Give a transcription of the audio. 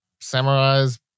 Samurai's